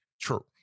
True